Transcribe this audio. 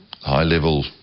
high-level